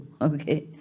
okay